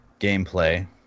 gameplay